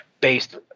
based